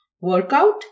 Workout